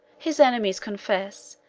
his enemies confess,